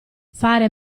fare